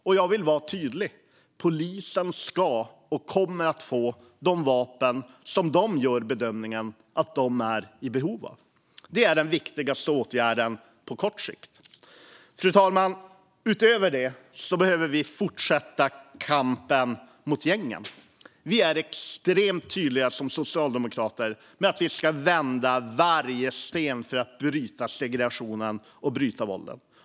Och jag vill vara tydlig: Polisen ska ha och kommer att få de vapen som de gör bedömningen att de är i behov av. Det är den viktigaste åtgärden på kort sikt. Fru talman! Utöver det behöver vi fortsätta kampen mot gängen. Vi socialdemokrater är extremt tydliga med att vi ska vända varje sten för att bryta segregationen och bryta våldet.